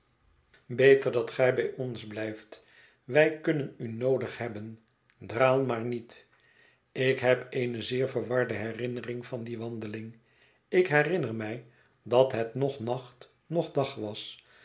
beter dat gij bij ons blijft wij kunnen u noodig hebben draal maar niet ik heb eene zeer verwarde herinnering van die wandeling ik herinner mij dat het noch nacht noch dag was